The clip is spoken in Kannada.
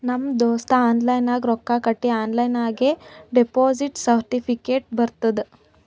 ನಮ್ ದೋಸ್ತ ಆನ್ಲೈನ್ ನಾಗ್ ರೊಕ್ಕಾ ಕಟ್ಟಿ ಆನ್ಲೈನ್ ನಾಗೆ ಡೆಪೋಸಿಟ್ ಸರ್ಟಿಫಿಕೇಟ್ ಬರ್ತುದ್